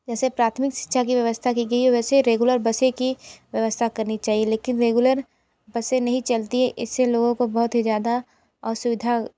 जैसे प्राथमिक शिक्षा की व्यवस्था की गई है वैसे रेगुलर बसें की व्यवस्था करनी चाहिए लेकिन रेगुलर बसें नहीं चलती है इससे लोगों को बहुत ही ज़्यादा असुविधा